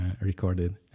recorded